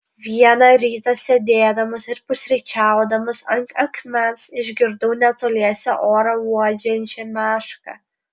vieną rytą sėdėdamas ir pusryčiaudamas ant akmens išgirdau netoliese orą uodžiančią mešką